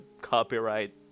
copyright